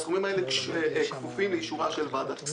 שהסכומים האלה כפופים לאישורה של ועדת הכספים.